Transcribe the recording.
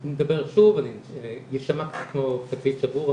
אני אשמע כמו תקליט שבור,